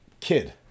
kid